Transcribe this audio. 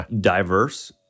diverse